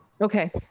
Okay